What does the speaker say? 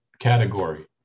category